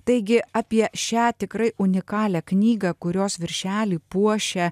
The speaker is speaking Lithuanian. taigi apie šią tikrai unikalią knygą kurios viršelį puošia